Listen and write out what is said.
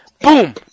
boom